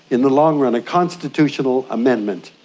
in the long run, a constitutional amendment.